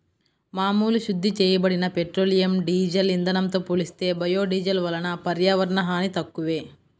మామూలు శుద్ధి చేయబడిన పెట్రోలియం, డీజిల్ ఇంధనంతో పోలిస్తే బయోడీజిల్ వలన పర్యావరణ హాని తక్కువే